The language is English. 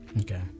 Okay